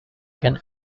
can